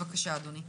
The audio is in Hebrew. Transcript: בבקשה, אדוני.